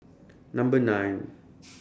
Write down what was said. Number nine